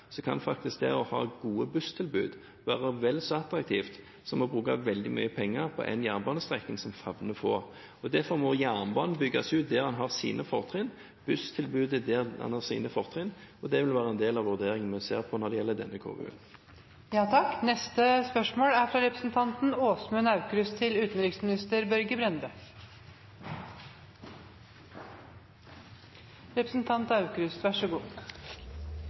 kan faktisk det å ha gode busstilbud være vel så attraktivt som det å bruke veldig mye penger på en jernbanestrekning som gagner få. Derfor må jernbanen bygges ut der den har sine fortrinn, og busstilbudet der det har sine fortrinn. Det vil være en del av de vurderingene vi gjør når det gjelder denne KVU-en. Dette spørsmålet er